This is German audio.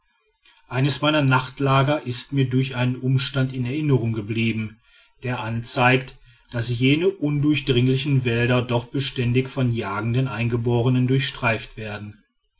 eines meiner nachtlager ist mir durch einen umstand in erinnerung geblieben der anzeigt daß jene undurchdringlichen wälder doch beständig von jagenden eingeborenen durchstreift werden